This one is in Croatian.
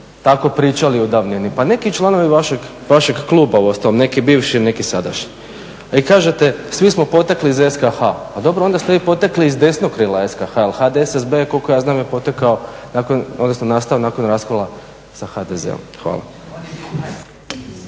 tako pričali o davnini. Pa neki članovi vašeg kluba uostalom, neki bivši, neki sadašnji. I kažete svi smo potekli iz SKH. Pa dobro onda ste vi potekli iz desnog krila SKH jer HDSSB je koliko ja znam potekao nakon, odnosno nastao nakon raskola sa HDZ-om. Hvala.